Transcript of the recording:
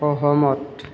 সহমত